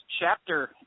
chapter